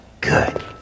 Good